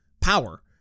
power